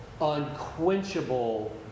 unquenchable